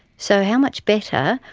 so how much better,